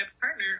partner